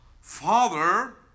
father